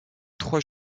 trois